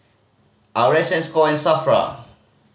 R S going SAFRA